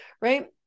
right